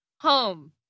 home